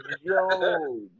yo